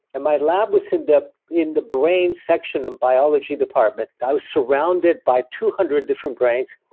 and my lab was in the in the brain section of biology department. i was surrounded by two hundred different brains.